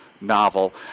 novel